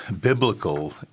biblical